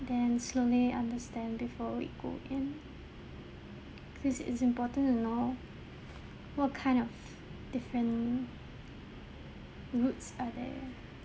then slowly understand before we go in cause it's important to know what kind of different routes are there